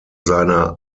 seiner